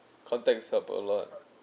contacts up a lot